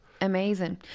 Amazing